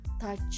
touch